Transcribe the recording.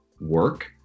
work